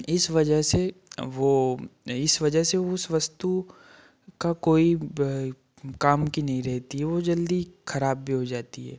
इस वजह से वो इस वजह से उस वस्तु का कोई ब काम की नहीं रहती है वो जल्दी खराब भी हो जाती है